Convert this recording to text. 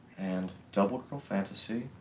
and double girl fantasy.